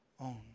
own